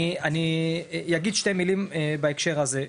אני אגיד שתי מילים בהקשר הזה,